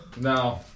No